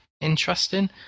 interesting